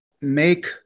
make